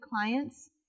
clients